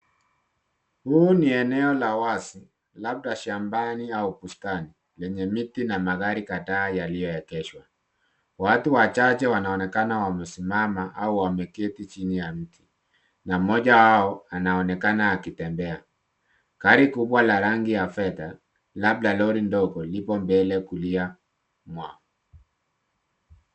Huu ni eneo la wazi, labda shambani au bustani lenye miti na magari kadhaa yaliyoegeshwa. Watu wachache wanaonekana wamesimama au wameketi chini ya mti, na mmoja wao anaonekana akitembea. Gari kubwa la rangi ya fedha, labda lori ndogo lipo mbele kulia mwao.